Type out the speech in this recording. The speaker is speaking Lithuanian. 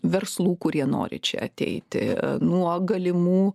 verslų kurie nori čia ateiti nuo galimų